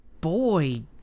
boy